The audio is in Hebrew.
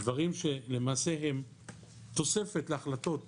דברים שלמעשה הם תוספת להחלטות